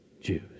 Jews